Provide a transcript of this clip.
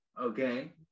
okay